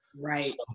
Right